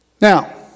Now